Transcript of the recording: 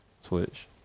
Switch